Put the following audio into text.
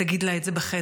תגיד לה את זה בחדר,